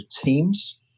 teams